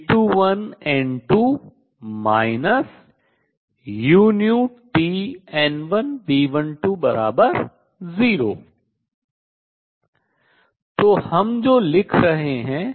A21N2 uTN1B120 तो हम जो लिख रहे हैं